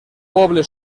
poble